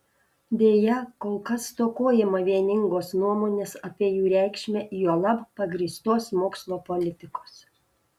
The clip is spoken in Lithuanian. deja kol kas stokojama vieningos nuomonės apie jų reikšmę juolab pagrįstos mokslo politikos